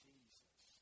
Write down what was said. Jesus